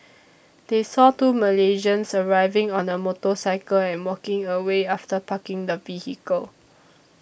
they saw two Malaysians arriving on a motorcycle and walking away after parking the vehicle